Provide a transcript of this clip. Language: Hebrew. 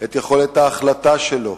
את יכולת ההחלטה שלו,